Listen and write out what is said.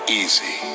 easy